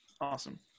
Awesome